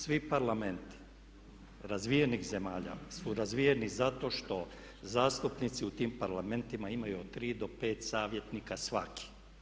Svi Parlamenti razvijenih zemalja su razvijeni zato što zastupnici u tim parlamentima imaju od 3 do savjetnika svaki.